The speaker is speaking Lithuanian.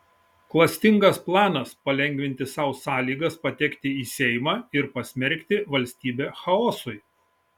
klastingas planas palengvinti sau sąlygas patekti į seimą ir pasmerkti valstybę chaosui